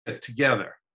together